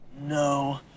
no